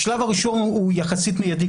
השלב הראשון הוא יחסית מידי.